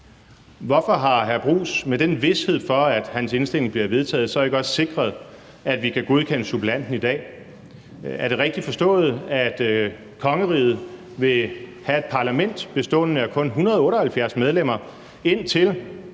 Hvorfor har hr. Jeppe Bruus med den vished for, at hans indstilling bliver vedtaget, ikke også sikret, at vi i dag kan godkende suppleanten? Er det rigtigt forstået, at kongeriget vil have et parlament bestående af kun 178 medlemmer, indtil